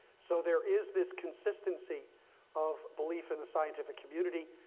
so there is this consistency of belief in the scientific community.